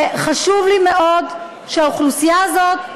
חשוב לי מאוד שהאוכלוסייה הזאת,